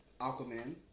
Aquaman